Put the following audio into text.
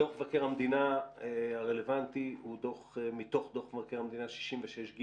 דוח מבקר המדינה הרלוונטי הוא מתוך דוח מבקר המדינה 66ג